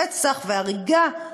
רצח והריגה.